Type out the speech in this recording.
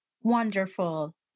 Wonderful